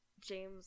James